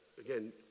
again